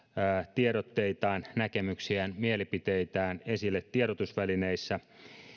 tiedotteitaan näkemyksiään mielipiteitään esille tiedotusvälineissä